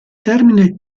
termine